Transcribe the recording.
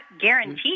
guaranteed